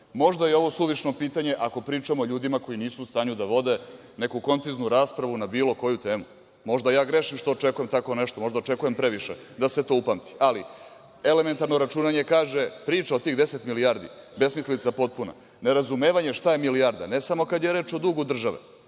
Možda je ovo suvišno pitanje ako pričamo o ljudima koji nisu u stanju da vode neku konciznu raspravu na bilo koju temu. Možda ja grešim što očekujem tako nešto. Možda očekujem previše, da se to upamti. Ali, elementarno računjanje kaže – priča o tih 10 milijardi, besmislica potpuna. Nerazumevanje šta je milijarda, ne samo kada je reč o dugu države